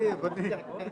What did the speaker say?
היו בגני החיות